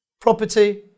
property